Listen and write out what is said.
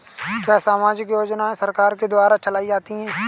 क्या सामाजिक योजनाएँ सरकार के द्वारा चलाई जाती हैं?